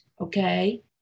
okay